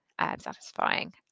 Satisfying